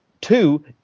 two